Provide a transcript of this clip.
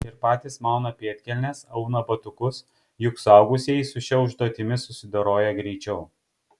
ir patys mauna pėdkelnes auna batukus juk suaugusieji su šia užduotimi susidoroja greičiau